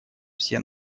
все